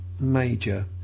Major